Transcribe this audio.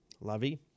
Lovey